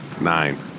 Nine